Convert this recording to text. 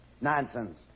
Nonsense